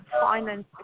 finance